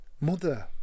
mother